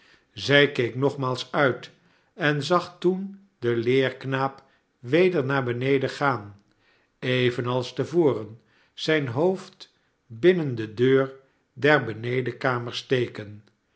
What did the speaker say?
zij keek nogmaals uit en zag toen den leerknaap weder naar beneden gaan evenals te voren zijn hoofd binnen de deur der benedenkamer steken